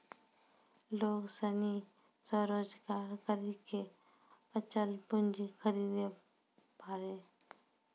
लोग सनी स्वरोजगार करी के अचल पूंजी खरीदे पारै